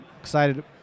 excited